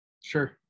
Sure